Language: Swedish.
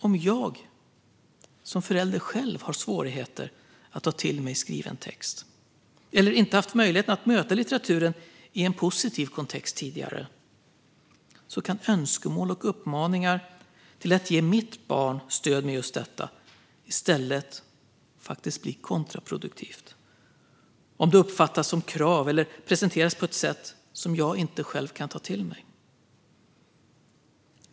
Om jag som förälder själv har svårigheter att ta till mig skriven text eller tidigare inte har haft möjligheten att möta litteraturen i en positiv kontext kan önskemål och uppmaningar om att ge mitt barn stöd med just detta i stället bli kontraproduktiva om de uppfattas som krav eller presenteras på ett sätt jag inte kan ta till mig.